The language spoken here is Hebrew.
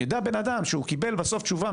שיידע בנאדם שהוא קיבל בסוף תשובה,